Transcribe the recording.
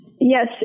yes